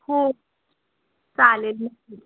हो चालेल नक्की